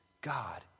God